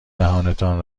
دهانتان